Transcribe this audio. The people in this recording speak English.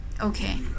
Okay